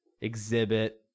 Exhibit